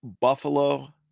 Buffalo